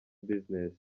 business